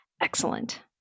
excellent